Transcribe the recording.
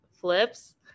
flips